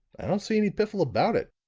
i don't see any piffle about it.